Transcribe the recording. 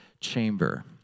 chamber